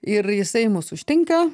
ir jisai mus užtinka